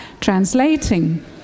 translating